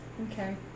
Okay